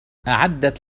أعدت